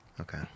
Okay